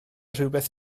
rhywbeth